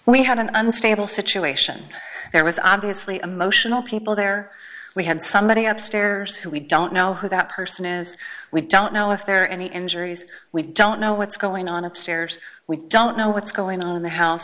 we had an unstable situation there was obviously emotional people there we had somebody up stairs who we don't know who that person is we don't know if there are any injuries we don't know what's going on upstairs we don't know what's going on in the house